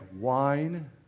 wine